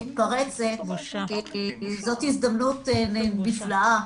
מתפרצת כי זאת הזדמנות נפלאה